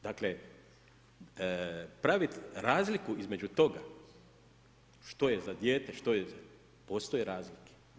Dakle, praviti razliku između toga, što je za dijete, što je, postoje razlike.